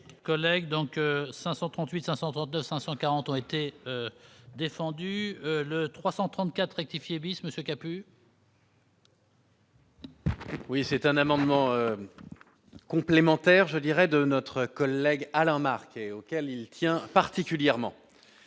Collègue donc 538 532 540 ont été défendu le 334 rectifier bis, ce qui a plus. Oui, c'est un amendement complémentaire, je dirais de notre collègue Alain Marquet auquel il tient particulièrement,